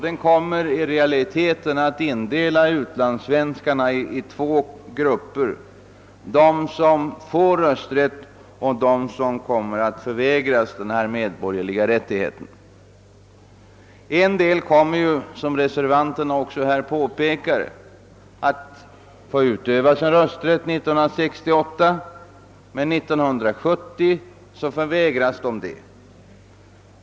Den kommer i realiteten att indela utlandssvenskarna i två grupper: de som får rösträtt och de som kommer att förvägras denna medborgerliga rättighet. En del kommer ju också, såsom reservanterna här påpekar, att få utöva sin rösträtt 1968, men 1970 förvägrar man dem det.